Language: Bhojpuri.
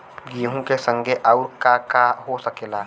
गेहूँ के संगे आऊर का का हो सकेला?